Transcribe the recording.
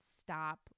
stop